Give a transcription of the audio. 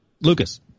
Lucas